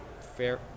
fair